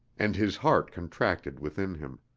and his heart contracted within him.